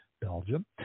Belgium